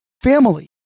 family